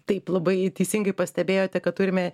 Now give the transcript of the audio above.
taip labai teisingai pastebėjote kad turime